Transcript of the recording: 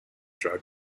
drug